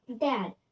Dad